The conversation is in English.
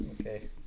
Okay